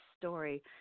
story